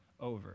over